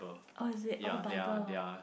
orh is it orh bible ah